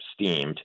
steamed